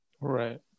Right